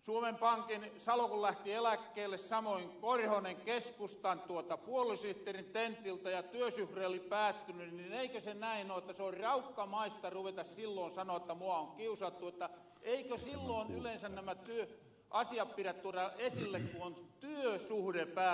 suomen pankin salo kun lähti eläkkeelle samoin korhonen keskustan puoluesihteerin tentiltä ja työsuhre oli päättyny niin eikö se näin oo jotta se on raukkamaista ruveta silloon sanoo että mua on kiusattu jotta eikö silloon yleensä nämä työasiat pirä tuora esille kun on työsuhde päällä